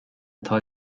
atá